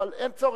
אבל אין צורך,